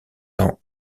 dans